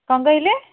କ'ଣ କହିଲେ